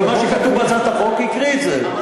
אבל מה שכתוב בהצעת החוק, הקריא את זה.